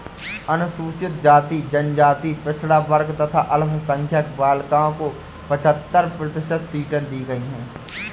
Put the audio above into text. अनुसूचित जाति, जनजाति, पिछड़ा वर्ग तथा अल्पसंख्यक बालिकाओं को पचहत्तर प्रतिशत सीटें दी गईं है